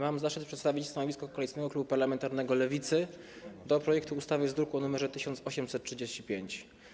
Mam zaszczyt przedstawić stanowisko Koalicyjnego Klubu Parlamentarnego Lewicy wobec ustawy z druku nr 1835.